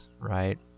right